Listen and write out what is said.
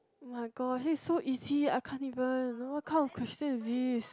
my god it is so easy I can't even what kind of question is this